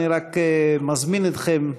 אני רק מזמין אתכם,